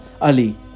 Ali